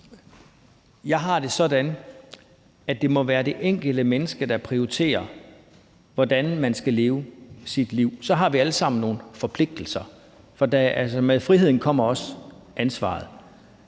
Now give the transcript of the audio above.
Jeg har det sådan, at det må være det enkelte menneske, der prioriterer, hvordan vedkommende skal leve sit liv. Så har vi alle sammen nogle forpligtelser, for med friheden kommer også ansvaret,